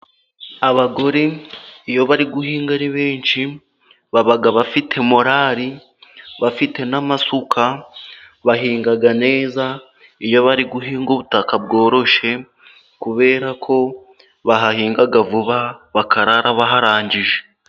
Abagore iyo bari guhinga ari benshi, baba bafite morari, bafite n'amasuka, bahinga neza, iyo bari guhinga ubutaka bwororoshye, kubera ko bahahinga vuba, bakarara baharangije.